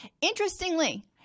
Interestingly